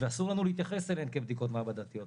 ואסור לנו להתייחס אליהן כבדיקות מעבדתיות,